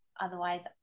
otherwise